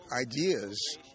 ideas